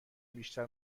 بیشتر